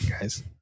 guys